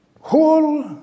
whole